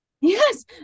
Yes